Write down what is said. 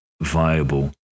viable